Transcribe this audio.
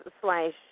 slash